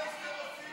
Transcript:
ההצעה